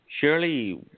surely